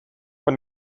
von